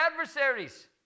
adversaries